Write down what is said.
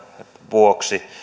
vuoksi